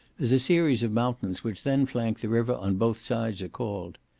as a series of mountains which then flank the river on both sides, are called.